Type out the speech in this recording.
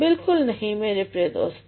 बिलकुल नहीं मेरे प्रिय दोस्तों